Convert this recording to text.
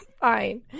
fine